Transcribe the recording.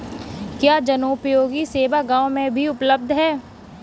क्या जनोपयोगी सेवा गाँव में भी उपलब्ध है?